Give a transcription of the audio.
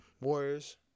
Warriors